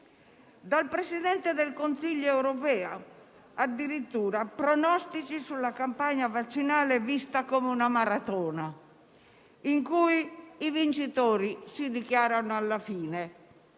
Dal Presidente del Consiglio europeo, addirittura pronostici sulla campagna vaccinale, vista come una maratona in cui i vincitori si dichiarano alla fine,